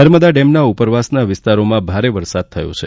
નર્મદા ડેમના ઉપરવાસના વિસ્તારોમાં ભારે વરસાદ થયો છે